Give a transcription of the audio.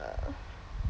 err